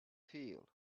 feel